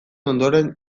ondoren